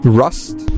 rust